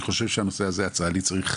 אני חושב שהנושא הצה"לי צריך